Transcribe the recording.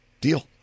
deal